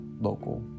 local